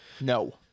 No